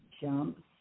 jumps